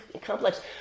complex